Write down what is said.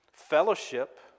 fellowship